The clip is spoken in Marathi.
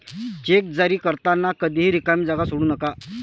चेक जारी करताना कधीही रिकामी जागा सोडू नका